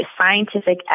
scientific